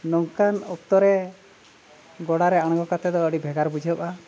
ᱱᱚᱝᱠᱟᱱ ᱚᱠᱛᱚ ᱨᱮ ᱜᱚᱰᱟᱨᱮ ᱟᱬᱜᱳ ᱠᱟᱛᱮ ᱫᱚ ᱟᱹᱰᱤ ᱵᱷᱮᱜᱟᱨ ᱵᱩᱡᱷᱟᱹᱜᱼᱟ